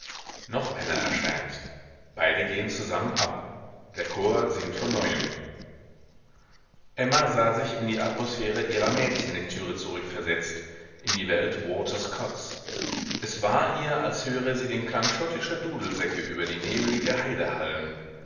noch einer erscheint beide gehen zusammen ab der chor singt von neuem emma sah sich in die atmosphäre ihrer mädchenlektüre zurückversetzt in die welt walter scotts es war ihr als höre sie den klang schottischer dudelsäcke über die nebelige heide hallen